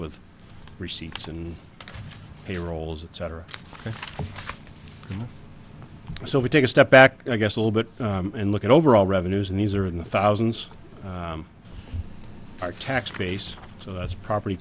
with receipts and payrolls etc so we take a step back i guess a little bit and look at overall revenues and these are in the thousands our tax base so that's property